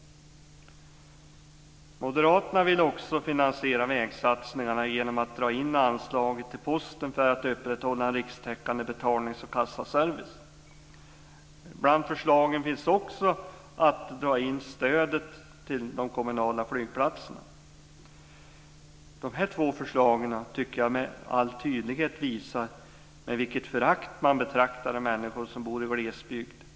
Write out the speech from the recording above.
Moderaterna vill också finansiera vägsatsningarna genom att dra in anslaget till Posten för att upprätthålla en rikstäckande betalnings och kassaservice. Bland förslagen finns också att dra in stödet till de kommunala flygplatserna. De två förslagen tycker jag visar med all tydlighet med vilket förakt man betraktar människor som bor i glesbygd.